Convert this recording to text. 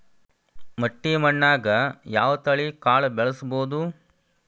ಮಟ್ಟಿ ಮಣ್ಣಾಗ್, ಯಾವ ತಳಿ ಕಾಳ ಬೆಳ್ಸಬೋದು?